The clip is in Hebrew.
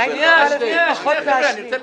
שנייה, שנייה.